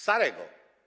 Starego.